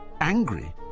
angry